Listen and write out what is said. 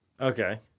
okay